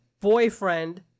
boyfriend